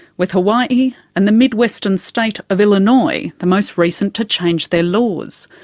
with hawaii and the mid-western state of illinois the most recent to change their laws.